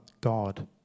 God